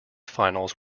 finals